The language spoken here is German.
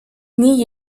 nie